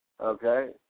Okay